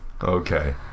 Okay